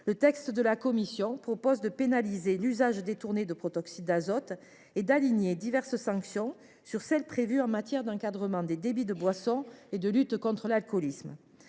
le texte de la commission pénalise l’usage détourné de protoxyde d’azote et aligne diverses sanctions sur celles qui sont prévues en matière d’encadrement des débits de boissons et de lutte contre l’alcoolisme.